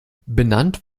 benannt